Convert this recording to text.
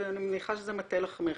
אני מניחה שזה מטה לחמך,